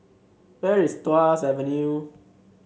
where is Tuas Avenue